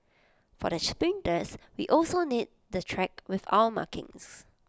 for the sprinters we also need the track with our markings